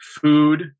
food